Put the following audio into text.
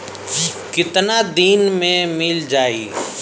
कितना दिन में मील जाई?